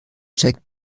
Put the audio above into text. checkt